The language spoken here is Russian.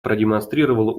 продемонстрировало